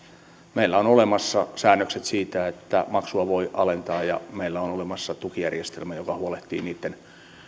meillä on olemassa säännökset siitä että maksua voi alentaa ja meillä on olemassa tukijärjestelmä joka huolehtii niiden